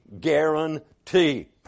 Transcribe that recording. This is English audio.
guarantee